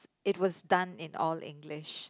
it was done in all English